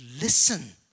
listen